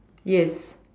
yes